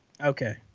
Okay